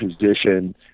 position